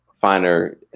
finer